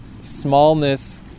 smallness